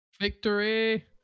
Victory